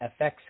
FX